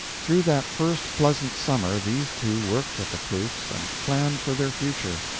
through that first pleasant summer these two worked at the proofs and planned for their future,